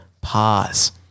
pause